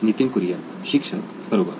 नितीन कुरियन शिक्षक बरोबर